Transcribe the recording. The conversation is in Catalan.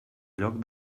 lloc